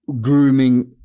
grooming